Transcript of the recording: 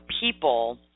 people